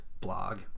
blog